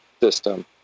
system